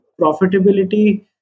profitability